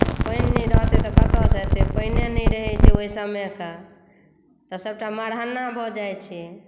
पानि नहि रहतै तऽ कतय सँ हेतै पानि नहि रहै छै ओहि समयके तऽ सभटा मरहन्ना भऽ जाइ छै